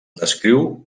descriu